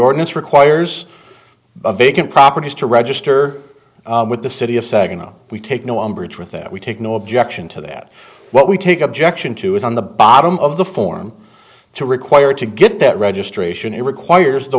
ordinance requires a vacant properties to register with the city of setting up we take no umbrage with that we take no objection to that what we take objection to is on the bottom of the form to require to get that registration it requires